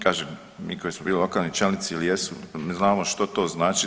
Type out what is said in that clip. Pa kažem mi koji smo bili lokalni čelnici ili jesu, mi znamo što to znači.